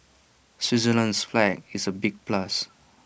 Switzerland's flag is A big plus